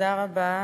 גם לך שלוש דקות.